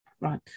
right